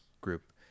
group